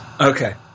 Okay